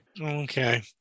Okay